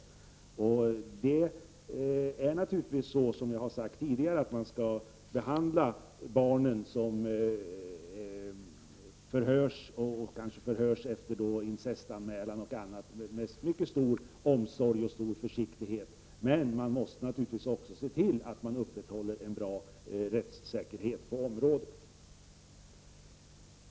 Det är naturligtvis så som jag skrivit tidigare, nämligen att man skall behandla de barn som förhörs, kanske efter anmälan om incest, med mycket stor försiktighet, men man måste naturligtvis också upprätthålla god rättssäkerhet.